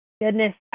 Goodness